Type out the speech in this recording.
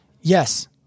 Yes